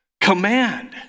Command